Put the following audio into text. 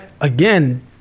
again